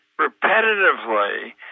repetitively